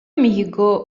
mihigo